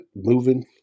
moving